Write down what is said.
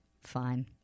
Fine